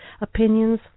opinions